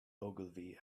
ogilvy